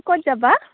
ক'ত যাবা